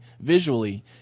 Visually